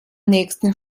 nächsten